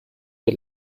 der